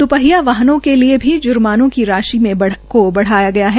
द्वपहिया वाहनों के लिए भी जुर्मानों की राशि को बढ़ाया गया है